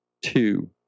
two